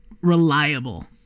reliable